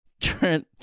trent